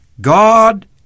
God